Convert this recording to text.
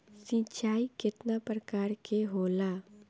सिंचाई केतना प्रकार के होला?